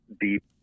deep